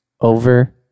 Over